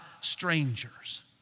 strangers